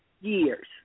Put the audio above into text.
years